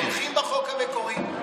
תומכים בחוק המקורי,